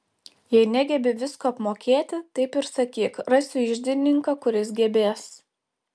jei negebi visko apmokėti taip ir sakyk rasiu iždininką kuris gebės